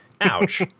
Ouch